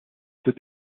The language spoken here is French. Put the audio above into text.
peut